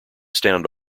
stand